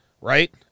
right